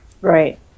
Right